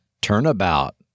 turnabout